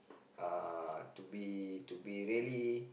uh to be to be really